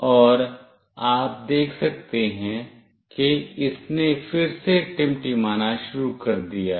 और आप देख सकते हैं कि इसने फिर से टिमटिमाना शुरू कर दिया है